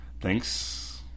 thanks